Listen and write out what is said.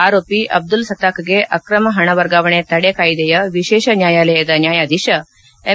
ಆರೋಪಿ ಅಬ್ದುಲ್ ಸತಾಖ್ಗೆ ಅಕ್ರಮ ಪಣ ವರ್ಗಾವಣೆ ತಡೆ ಕಾಯ್ದೆಯ ವಿಶೇಷ ನ್ಕಾಯಾಲಯದ ನ್ಕಾಯಾಧೀಕ ಎಂ